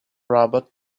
robot